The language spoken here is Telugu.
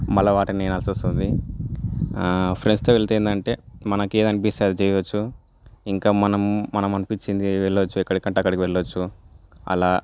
వాళ్లమాటనే వినాల్సొస్తుంది ఫ్రెండ్స్తో వెళ్తే ఏందంటే మనకి ఏదనిపిస్తే అది చేయొచ్చు ఇంకా మనం మనం అనిపించింది వెళ్లొచ్చు ఎక్కడికంటే అక్కడికి వెళ్లొచ్చు అలా